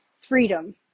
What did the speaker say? freedom